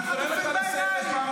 אתם מסכלים עסקה.